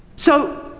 so,